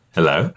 Hello